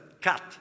cut